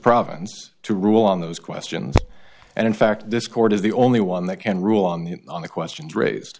province to rule on those questions and in fact this court is the only one that can rule on the on the questions raised